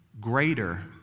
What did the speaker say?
greater